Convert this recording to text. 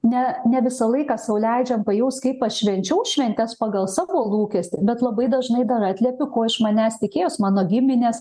ne ne visą laiką sau leidžiam pajust kaip aš švenčiau šventes pagal savo lūkestį bet labai dažnai dar atliepiu ko iš manęs tikėjos mano giminės